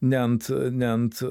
ne ant ne ant